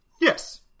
Yes